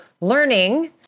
learning